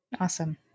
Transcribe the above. Awesome